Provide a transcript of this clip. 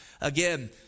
again